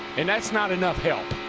and that's not enough help.